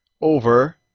over